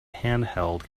handheld